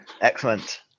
Excellent